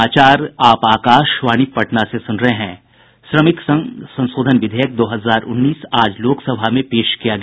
श्रमिक संघ संशोधन विधेयक दो हजार उन्नीस आज लोकसभा में पेश किया गया